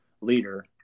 leader